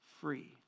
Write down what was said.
free